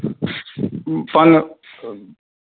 ओ अपन